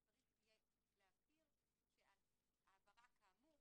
רק צריך יהיה להכיר שעל העברה כאמור